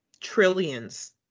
trillions